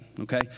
Okay